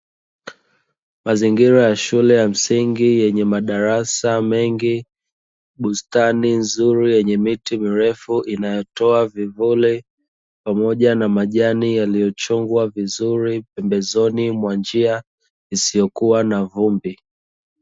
Mazingira ya shule ya msingi yenye madarasa mengi, bustani nzuri yenye miti mirefu inayotoa vivuli pamoja na majani yaliyochongwa vizuri pembezoni mwa njia isiyokuwa na vumbi.